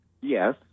Yes